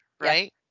right